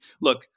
look